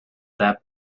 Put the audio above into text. that